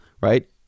right